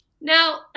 Now